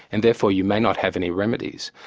and therefore you may not have any remedies.